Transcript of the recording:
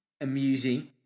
amusing